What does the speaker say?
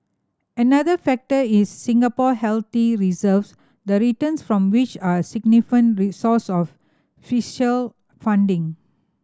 another factor is Singapore healthy reserve the returns from which are significant resource of fiscal funding